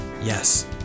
Yes